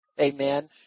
Amen